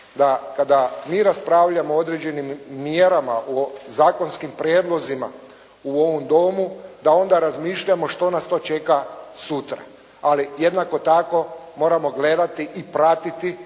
da kada mi raspravljamo o određenim mjerama, o zakonskim prijedlozima u ovom domu da onda razmišljamo što nas to čeka sutra. Ali, jednako tako moramo gledati i pratiti